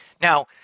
Now